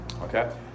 okay